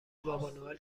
بابانوئل